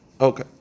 Okay